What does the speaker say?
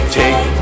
take